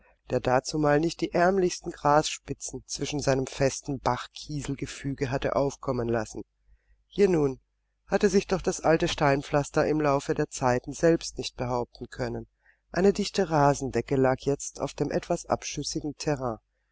der dazumal nicht die ärmlichsten grasspitzen zwischen seinem festen bachkieselgefüge hatte aufkommen lassen je nun hatte sich doch das alte steinpflaster im laufe der zeiten selbst nicht behaupten können eine dichte rasendecke lag jetzt auf dem etwas abschüssigen terrain